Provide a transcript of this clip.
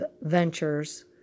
ventures